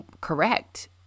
correct